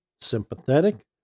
sympathetic